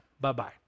bye-bye